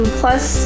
plus